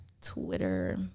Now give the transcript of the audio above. Twitter